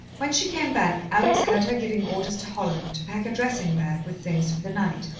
when she came back, alex heard her giving orders to holland to pack a dressing-bag with things for the night.